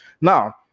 Now